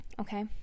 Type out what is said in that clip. okay